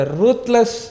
ruthless